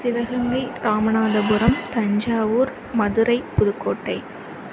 Sivaganga Ramanathapuram Thanjavur Madurai Pudukkottai